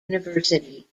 university